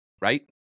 right